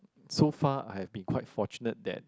so far I have been quite fortunate that